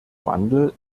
wandel